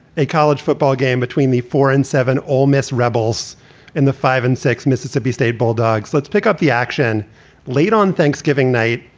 a college football game between the four and seven ole miss rebels in the five and six mississippi state bulldogs. let's pick up the action late on thanksgiving night,